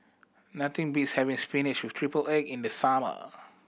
nothing beats having spinach with triple egg in the summer